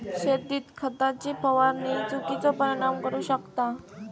शेतीत खताची फवारणी चुकिचो परिणाम करू शकता